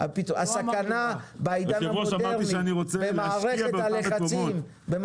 הסכנה בעידן המודרני במערכת הלחצים --- היושב ראש,